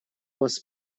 вас